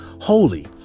holy